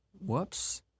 whoops